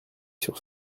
sur